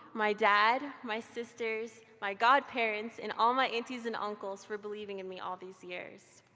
my dad, my sisters, my godparents, and all my aunties and uncles for believing in me all these years.